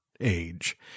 age